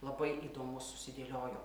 labai įdomus susidėliojo